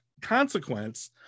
consequence